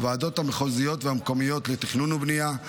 הוועדות המחוזיות והמקומיות לתכנון ובנייה,